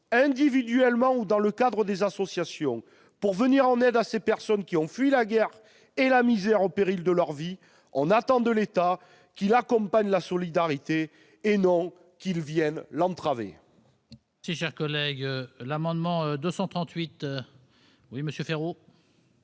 individuellement ou dans le cadre des associations, pour venir en aide à ces personnes qui ont fui la guerre et la misère au péril de leur vie, on attend de l'État qu'il accompagne la solidarité et non qu'il vienne l'entraver. La parole est à M. Rémi Féraud,